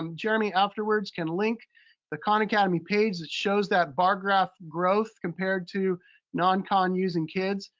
um jeremy, afterwards, can link the khan academy page that shows that bar graph growth compared to non khan using kids.